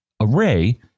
array